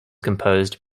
composed